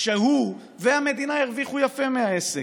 כשהוא והמדינה הרוויחו יפה מהעסק.